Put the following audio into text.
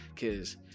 Cause